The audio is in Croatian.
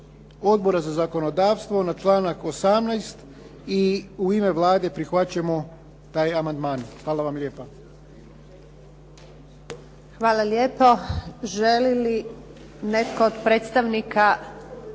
Odbora za zakonodavstvo na članak 18. i u ime Vlade prihvaćamo taj amandman. Hvala vam lijepa. **Antunović, Željka (SDP)** Hvala lijepo. Želi li netko od predsjednika